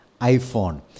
iPhone